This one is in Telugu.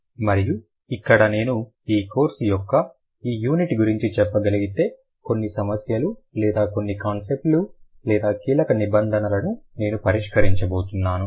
మరియు ఇక్కడ నేను ఈ కోర్సు యొక్క ఈ యూనిట్ గురించి చెప్పగలిగితే కొన్ని సమస్యలు లేదా కొన్ని కాన్సెప్ట్ లు లేదా కీలక నిబంధనలను నేను పరిష్కరించబోతున్నాను